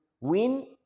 win